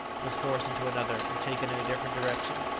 was forced into another, and taken in a different direction.